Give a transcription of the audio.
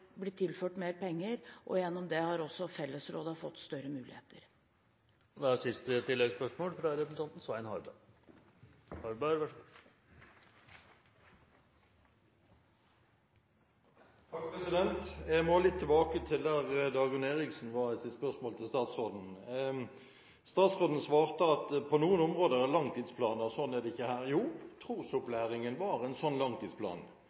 tilført mer penger, og gjennom det har også fellesrådene fått større muligheter. Svein Harberg – til oppfølgingsspørsmål. Jeg må litt tilbake til der Dagrun Eriksen var i sitt spørsmål til statsråden. Statsråden svarte at på noen områder er det langtidsplaner og sånn er det ikke her. Jo, trosopplæringen var en sånn langtidsplan,